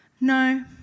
No